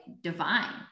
divine